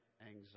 anxiety